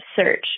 search